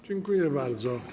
Dziękuję bardzo.